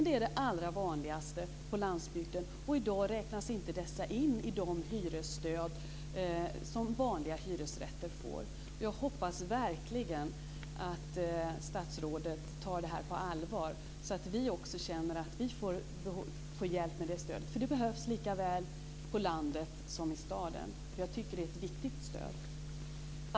Det är det allra vanligaste på landsbygden, och i dag räknas inte detta in i de hyresstöd som vanliga hyresrätter får. Jag hoppas verkligen att statsrådet tar det här på allvar så att vi också känner att vi får hjälp och stöd. Det behövs likaväl på landet som i staden. Jag tycker att det är ett viktigt stöd.